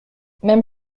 même